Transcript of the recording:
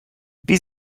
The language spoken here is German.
wie